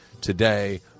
today